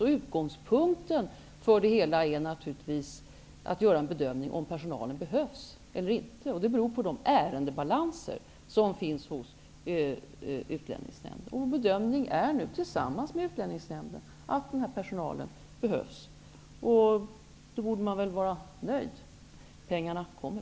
Utgångspunkten är naturligtvis att göra en bedömning av om personalen behövs eller inte. Det beror på de ärendebalanser som finns hos Utlänningsnämnden. Den bedömning vi har gjort tillsammans med Utlänningsnämnden är att den här personalen behövs. Då borde man väl vara nöjd. Pengarna kommer.